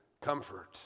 comfort